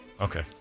Okay